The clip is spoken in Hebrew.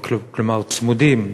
כלומר צמודים,